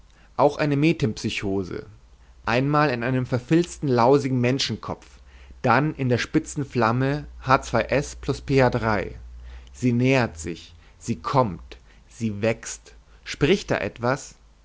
auch eine metempsychose einmal in einem verfilzten lausigen menschenkopf dann in der spitzen flamme hat zwei s sie nähert sich sie kommt sie wächst spricht da etwas